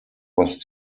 was